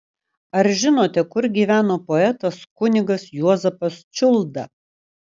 ar žinote kur gyveno poetas kunigas juozapas čiulda